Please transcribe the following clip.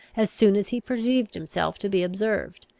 as soon as he perceived himself to be observed,